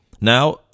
now